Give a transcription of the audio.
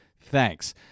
Thanks